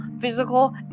physical